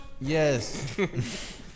Yes